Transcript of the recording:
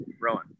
Rowan